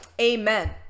Amen